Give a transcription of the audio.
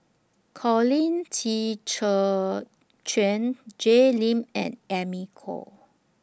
Colin Qi Zhe Quan Jay Lim and Amy Khor